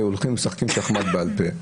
היו הולכים ומשחקים שחמט בעל פה.